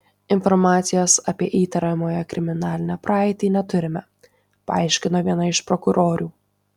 informacijos apie įtariamojo kriminalinę praeitį neturime paaiškino viena iš prokurorių